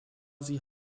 sie